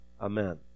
Amen